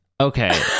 Okay